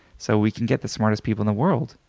so we can get the smartest people in the world,